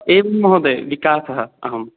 एवं महोदय विकासः अहम्